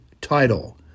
title